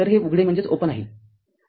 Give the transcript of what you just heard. तरहे उघडे आहे